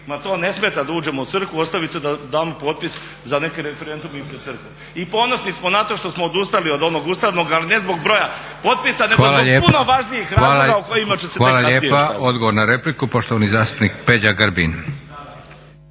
to ne smeta da uđemo u crkvu ostavite da damo potpis za neki referendum i pred crkvom. I ponosni smo na to što smo odustali od onog ustavnog, ali ne zbog broja potpisa nego zbog puno važnijih razloga o kojima će se tek kasnije još saznati. **Leko, Josip (SDP)** Hvala lijepa. Odgovor na repliku, poštovani zastupnik Peđa Grbin.